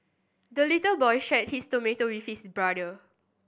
the little boy shared his tomato with his brother